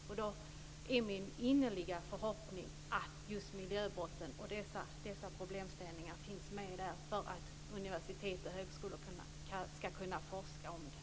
Det är min innerliga förhoppning att miljöbrotten och dessa problemställningar då finns med där, så att man på universitet och högskolor skall kunna forska om detta.